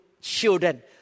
children